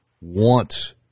want